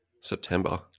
September